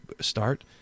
start